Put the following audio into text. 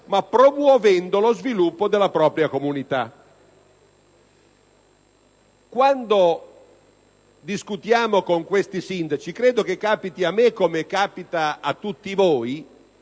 promuovendo però lo sviluppo della propria comunità. Quando discutiamo con questi sindaci - credo che capiti a me come a tutti voi